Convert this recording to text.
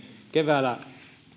keväällä